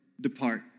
depart